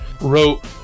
wrote